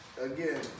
again